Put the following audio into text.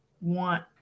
want